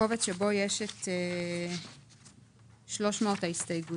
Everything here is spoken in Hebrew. הקובץ בו יש את 300 ההסתייגויות.